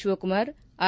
Shivakumar R